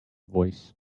voice